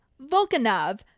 Volkanov